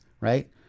right